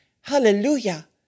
Hallelujah